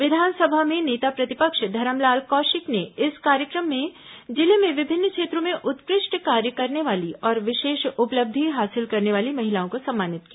विधानसभा में नेता प्रतिपक्ष धरमलाल कौशिक ने इस कार्यक्रम में जिले में विभिन्न क्षेत्रों में उत्कृष्ट कार्य करने वाली और विशेष उपलब्धि हासिल करने वाली महिलाओं को सम्मानित किया